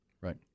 right